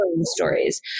stories